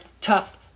tough